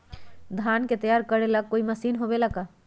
धान के तैयार करेला कोई मशीन होबेला का?